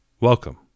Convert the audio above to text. Welcome